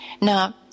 Now